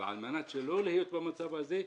על מנת שלא להיות במצב הזה,